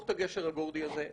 את הקשר הגורדי הזה.